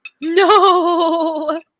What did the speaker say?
No